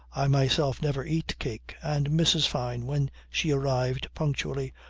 i myself never eat cake, and mrs. fyne, when she arrived punctually,